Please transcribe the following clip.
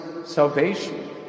salvation